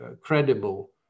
credible